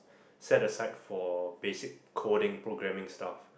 set aside for basic coding programming stuff